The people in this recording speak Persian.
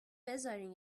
بذارین